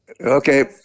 Okay